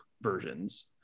versions